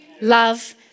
love